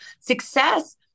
Success